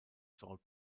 salt